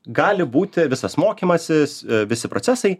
gali būti visas mokymasis visi procesai